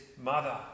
mother